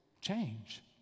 change